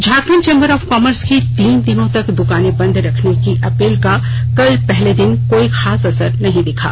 Jharkhand chamber of commerce की तीन दिनों तक द्वकानें बंद रखने की अपील का कल पहले दिन कोई खास असर नहीं दिखा